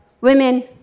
Women